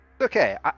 Okay